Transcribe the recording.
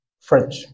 French